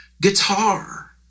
guitar